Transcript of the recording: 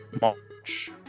March